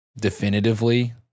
definitively